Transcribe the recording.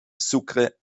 sucre